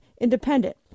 independent